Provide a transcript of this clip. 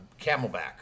camelback